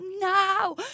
now